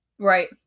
Right